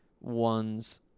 ones